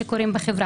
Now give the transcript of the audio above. ומה עם הרתעה?